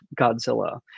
Godzilla